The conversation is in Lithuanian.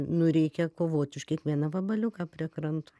nu reikia kovot už kiekvieną vabaliuką prie kranto